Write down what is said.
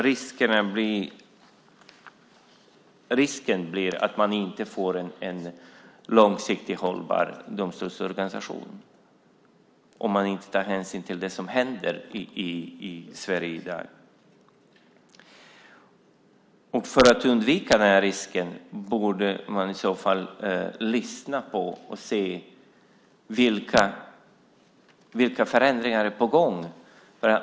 Risken blir då att man inte får en långsiktigt hållbar domstolsorganisation om man inte tar hänsyn till det som händer i Sverige i dag. För att undvika den här risken borde man vara lyhörd och se vilka förändringar som är på gång.